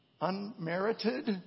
unmerited